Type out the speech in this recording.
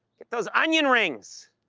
get those onion rings!